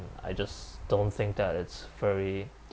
I just don't think that it's very